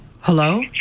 Hello